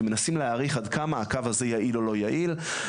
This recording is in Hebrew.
ומנסים להעריך עד כמה הקו הזה יעיל או לא יעיל,